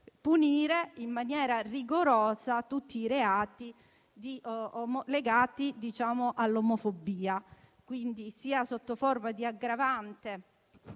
punire in maniera rigorosa tutti i reati legati all'omofobia, sia sotto forma di aggravante